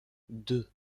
deux